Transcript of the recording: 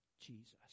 Jesus